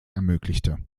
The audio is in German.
ermöglichte